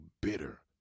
bitter